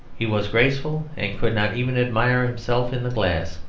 he was graceful and could not even admire himself in the glass.